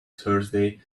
thursday